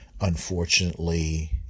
Unfortunately